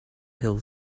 hill